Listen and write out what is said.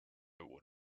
would